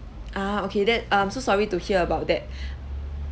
ah okay th~ I'm so sorry to hear about that